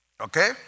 Okay